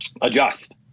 Adjust